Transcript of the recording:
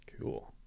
Cool